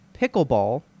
pickleball